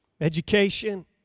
education